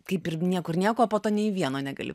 kaip ir niekur nieko o po to nei vieno negali